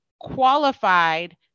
qualified